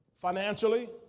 financially